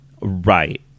right